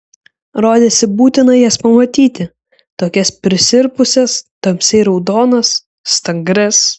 rodėsi būtina jas pamatyti tokias prisirpusias tamsiai raudonas stangrias